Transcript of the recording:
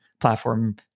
platform